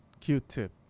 Q-tip